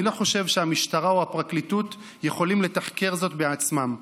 אני לא חושב שהמשטרה או הפרקליטות יכולים לתחקר זאת בעצמם.